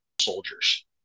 soldiers